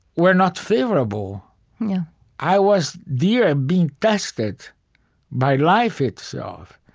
were not favorable yeah i was there ah being tested by life itself.